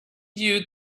you